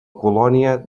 colònia